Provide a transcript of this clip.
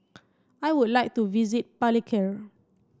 I would like to visit Palikir